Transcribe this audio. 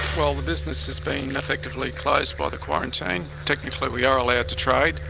well, the business has been effectively closed by the quarantine. technically we are allowed to trade,